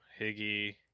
Higgy